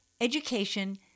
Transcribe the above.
education